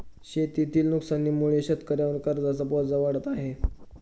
शेतीतील नुकसानीमुळे शेतकऱ्यांवर कर्जाचा बोजा वाढत आहे